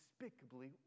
despicably